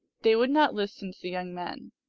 they would not listen to the young men.